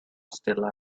still